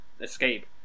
escape